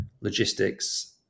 logistics